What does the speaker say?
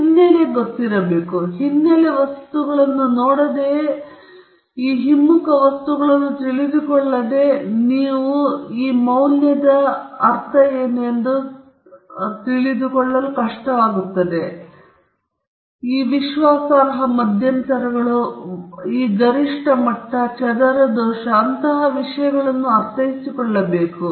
ಈ ಹಿನ್ನಲೆ ವಸ್ತುಗಳನ್ನು ಮಾಡದೆಯೇ ಅಥವಾ ಈ ಹಿಮ್ಮುಖ ವಸ್ತುಗಳನ್ನು ತಿಳಿದುಕೊಳ್ಳದೆ ನೀವು P ಮೌಲ್ಯ ಅಥವಾ ವಿಶ್ವಾಸಾರ್ಹ ಮಧ್ಯಂತರಗಳು ಅಥವಾ ಪ್ರಾಮುಖ್ಯತೆಯ ಮಟ್ಟದಿಂದ ಅರ್ಥೈಸಿಕೊಳ್ಳುವಂತಿಲ್ಲ ಚದರ ದೋಷ ಮತ್ತು ಅಂತಹ ವಿಷಯಗಳನ್ನು ಅರ್ಥೈಸಿಕೊಳ್ಳಬಹುದು